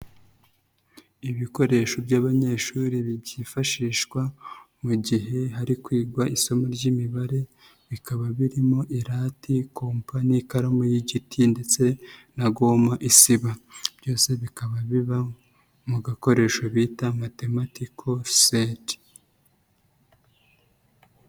Ibikoresho by'abanyeshuri byifashishwa mu gihe hari kwigwa isomo ry'imibare, bikaba birimo irate, kompa, n'ikaramu y'igiti ndetse na goma isiba. Byose bikaba biba mu gakoresho bita matematiko seti.